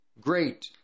great